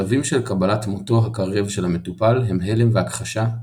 שלבים של קבלת מותו הקרב של המטופל הם הלם והכחשה,